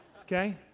Okay